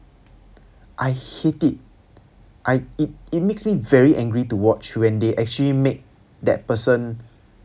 I hate it I it it makes me very angry to watch when they actually make that person